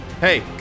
Hey